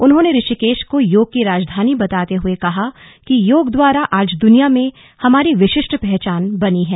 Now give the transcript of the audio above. उन्होंने ऋषिकेश को योग की राजधानी बताते हुए हा कि योग द्वारा आज दुनिया में हमारी विशिष्ट पहचान बनी है